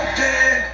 dead